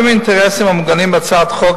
ייקבעו עונשי מוצא מתאימים על-פי הצעת חוק